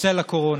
בצל הקורונה.